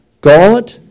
God